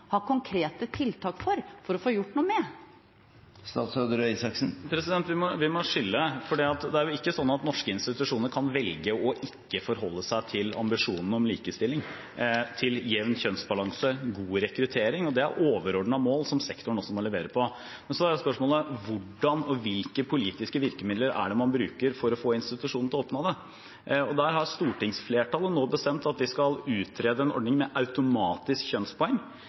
ha sterke meninger om, og ikke minst konkrete tiltak, for å få gjort noe med? Vi må skille, for det er ikke slik at norske institusjoner kan velge ikke å forholde seg til ambisjonene om likestilling, jevn kjønnsbalanse og god rekruttering. Det er overordnede mål der også sektoren må levere. Så er spørsmålet: Hvilke politiske virkemidler er det man bruker for å få institusjonene til å oppnå det? Stortingsflertallet har bestemt at vi skal utrede en ordning med automatisk kjønnspoeng.